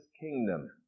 kingdom